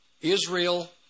Israel